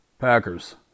Packers